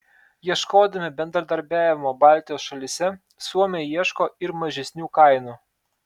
ieškodami bendradarbiavimo baltijos šalyse suomiai ieško ir mažesnių kainų